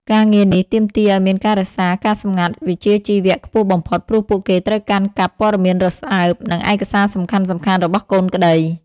ការងារនេះទាមទារឱ្យមានការរក្សាការសម្ងាត់វិជ្ជាជីវៈខ្ពស់បំផុត ព្រោះពួកគេត្រូវកាន់កាប់ព័ត៌មានរសើប និងឯកសារសំខាន់ៗរបស់កូនក្តី។